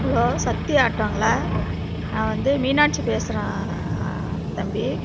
hello Sakthi ஆட்டோங்களா நான் வந்து மீனாட்சி பேசுகிறேன் தம்பி